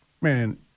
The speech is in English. man